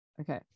Okay